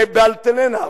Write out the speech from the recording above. וב"אלטלנה",